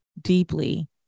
deeply